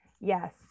Yes